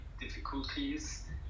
difficulties